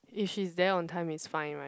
if she's there on time it's fine right